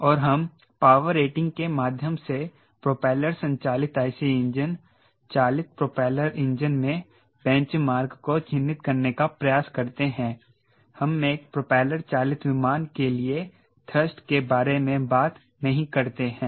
और हम power rating के माध्यम से प्रोपेलर संचालित IC इंजन चालित प्रोपेलर इंजन में बेंचमार्क को चिह्नित करने का प्रयास करते हैं हम एक प्रोपेलर चालित विमान के लिए थ्रस्ट के बारे में बात नहीं करते हैं